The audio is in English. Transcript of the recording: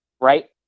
right